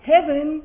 Heaven